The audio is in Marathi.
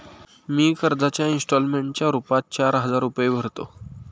मी कर्जाच्या इंस्टॉलमेंटच्या रूपात चार हजार रुपये भरतो